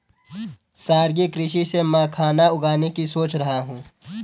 सागरीय कृषि से मखाना उगाने की सोच रहा हूं